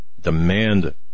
demand